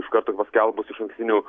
iš karto paskelbus išankstinių